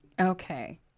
Okay